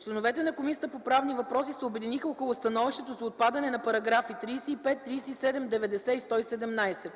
Членовете на Комисията по правни въпроси се обединиха около становището за отпадане на § 35, 37, 90 и 117.